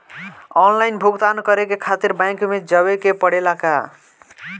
Online भुगतान करे के खातिर बैंक मे जवे के पड़ेला का?